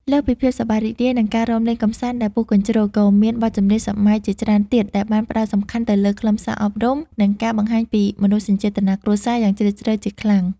លើសពីភាពសប្បាយរីករាយ និងការរាំលេងកម្សាន្តដែលពុះកញ្ជ្រោល ក៏មានបទចម្រៀងសម័យជាច្រើនទៀតដែលបានផ្ដោតសំខាន់ទៅលើខ្លឹមសារអប់រំ និងការបង្ហាញពីមនោសញ្ចេតនាគ្រួសារយ៉ាងជ្រាលជ្រៅជាខ្លាំង។